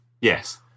Yes